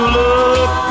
look